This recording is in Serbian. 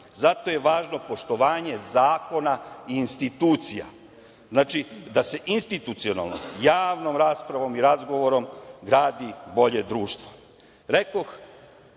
zato je važno poštovanje zakona i institucija. Znači, da se institucionalno javnom raspravom i razgovorom gradi bolje društvo. Rekoh,